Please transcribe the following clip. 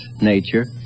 nature